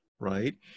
Right